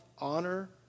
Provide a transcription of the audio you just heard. honor